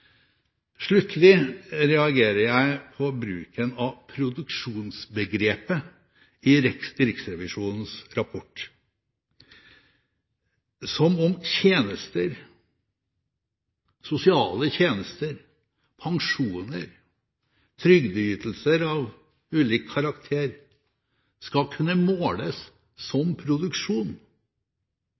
Jeg reagerer på bruken av produksjonsbegrepet i Riksrevisjonens rapport, som om sosiale tjenester, pensjoner, trygdeytelser av ulik karakter, skal kunne måles som produksjon.